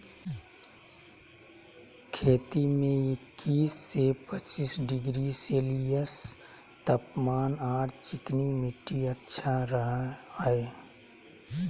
खेती में इक्किश से पच्चीस डिग्री सेल्सियस तापमान आर चिकनी मिट्टी अच्छा रह हई